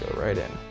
right in.